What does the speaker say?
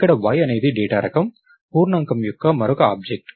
ఇక్కడ y అనేది data రకం పూర్ణాంకం యొక్క మరొక ఆబ్జెక్ట్